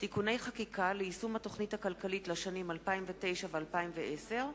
(תיקוני חקיקה ליישום התוכנית הכלכלית לשנים 2009 ו-2010),